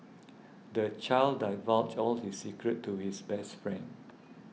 the child divulged all his secrets to his best friend